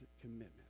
commitment